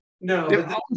No